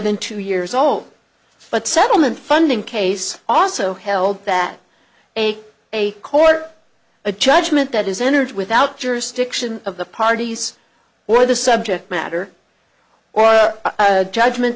than two years old but settlement funding case also held that a court a judgment that is entered without jurisdiction of the parties or the subject matter or judgment